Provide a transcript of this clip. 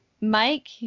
Mike